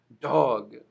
dog